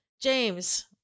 James